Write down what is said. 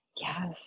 Yes